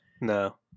No